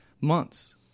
months